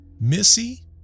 Missy